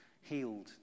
healed